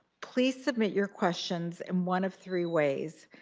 please submit your questions in one of three ways.